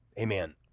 Amen